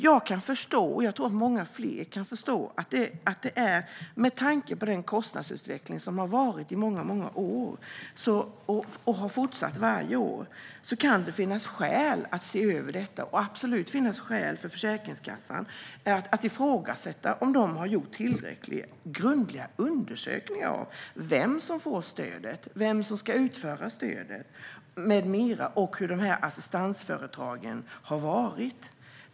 Jag kan förstå, och jag tror att många fler kan förstå, att det med tanke på den kostnadsutveckling som har varit i många år och har fortsatt varje år kan finnas skäl att se över detta. Det kan absolut finnas skäl för Försäkringskassan att ifrågasätta om den har gjort tillräckligt grundliga undersökningar av vem som får stödet, vem som ska utföra stödet med mera, och hur assistansföretagen har varit.